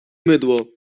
mydło